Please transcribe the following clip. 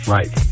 Right